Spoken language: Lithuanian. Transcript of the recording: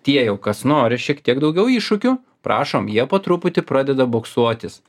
tie jau kas nori šiek tiek daugiau iššūkių prašom jie po truputį pradeda boksuotis